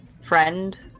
friend